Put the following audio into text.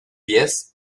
pies